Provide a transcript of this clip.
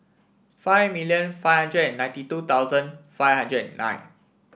five million five hundred and ninety two thousand five hundred and nine